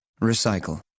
Recycle